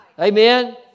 Amen